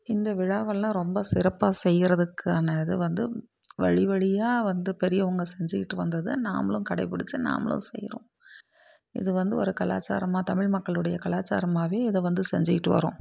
இந்த விழாவெல்லாம் ரொம்ப சிறப்பாக செய்யிறதுக்கான இது வந்து வழி வழியாக வந்த பெரியவங்க செஞ்சிகிட்டு வந்தத நாமளும் கடைபிடிச்சு நாமளும் செய்யறோம் இது வந்து ஒரு கலாச்சாரமாக தமிழ் மக்களுடைய கலாச்சாரமாகவே இதை வந்து செஞ்சிகிட்டு வரோம்